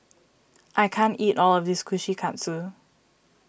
I can't eat all of this Kushikatsu